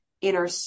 inner